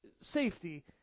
safety